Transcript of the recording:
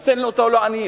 אז תן אותו לעניים,